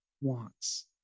wants